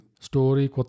story